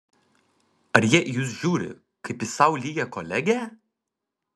ar jie į jus žiūri kaip į sau lygią kolegę